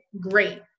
great